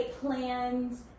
plans